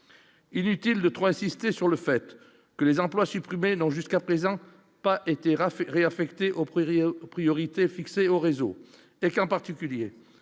Inutile de trop insister sur le fait que les emplois supprimés jusqu'à présent pas été raflés réaffecter au prix réel priorités fixées au réseau et qu'en particulier